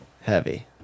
Heavy